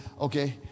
Okay